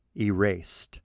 erased